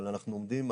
אבל אנחנו עומדים,